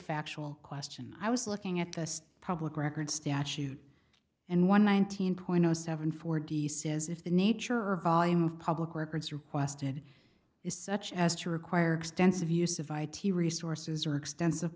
factual question i was looking at the public record statute and one nineteen point zero seven four d says if the nature or volume of public records requested is such as to require extensive use of i t resources or extensive